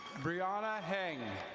brianna hang.